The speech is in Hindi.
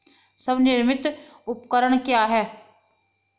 स्वनिर्मित उपकरण क्या है?